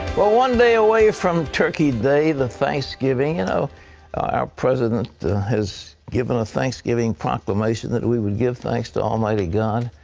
but one day away from turkey day, thanksgiving. you know our president has giving a thanksgiving proclamation that we would give thanks to almighty god,